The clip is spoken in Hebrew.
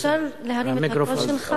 המיקרופון,